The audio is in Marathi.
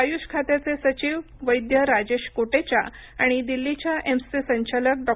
आयुष खात्याचे सचिव वैद्य राजेश कोटेचा आणि दिल्लीच्या एम्सचे संचालक डॉ